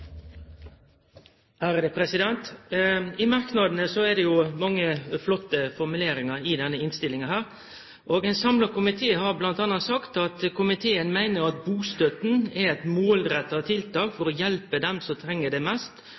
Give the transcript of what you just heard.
det mange flotte formuleringar, og ein samla komité har m.a. sagt: «Komiteen mener at bostøtten er et målrettet tiltak for å hjelpe dem som trenger det mest.